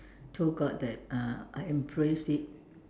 told God that uh I embrace it